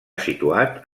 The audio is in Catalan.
situat